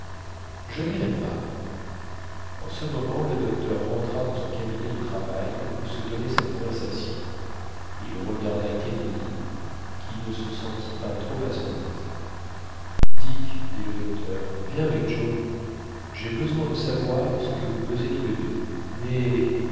je n'irai pas en ce moment le docteur rentra dans son cabinet de travail où se tenait cette conversation il regarda kennedy qui ne se sentit pas trop à son aise dick dit le docteur viens avec joe j'ai besoin de savoir ce que vous pesez tous les deux mais